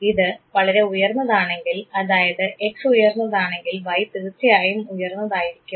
ഇത് വളരെ ഉയർന്നതാണെങ്കിൽ അതായത് x ഉയർന്നതാണെങ്കിൽ y തീർച്ചയായും ഉയർന്നതായിരിക്കും